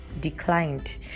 declined